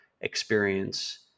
experience